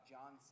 John